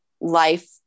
life